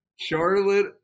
Charlotte